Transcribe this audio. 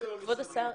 יתר המשרדים,